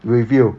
revealed